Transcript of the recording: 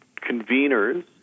conveners